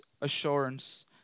assurance